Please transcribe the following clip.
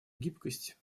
гибкость